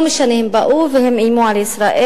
לא משנה, הם באו והם איימו על ישראל.